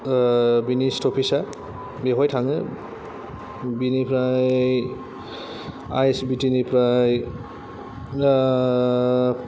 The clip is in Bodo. बिनि स्टपेसआ बेवहाय थाङो बिनिफ्राय आइ एस बि टि निफ्राय